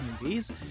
movies